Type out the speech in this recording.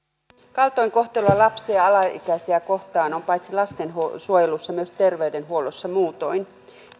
kaltoinkohtelua lapsia ja alaikäisiä kohtaan on paitsi lastensuojelussa myös terveydenhuollossa muutoin